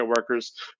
workers